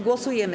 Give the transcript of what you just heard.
Głosujemy.